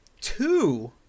Two